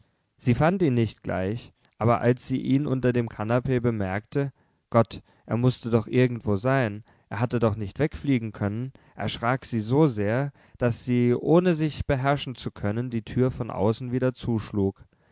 sie fand ihn nicht gleich aber als sie ihn unter dem kanapee bemerkte gott er mußte doch irgendwo sein er hatte doch nicht wegfliegen können erschrak sie so sehr daß sie ohne sich beherrschen zu können die tür von außen wieder zuschlug